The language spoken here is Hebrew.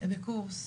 הוא בקורס.